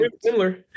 similar